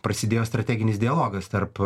prasidėjo strateginis dialogas tarp